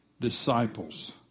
disciples